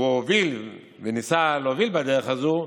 והוא הוביל וניסה להוביל בדרך הזאת,